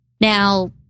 Now